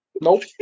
Nope